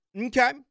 Okay